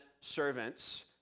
servants